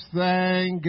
thank